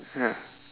ya